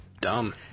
Dumb